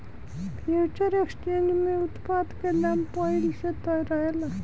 future exchange में उत्पाद के दाम पहिल से तय रहेला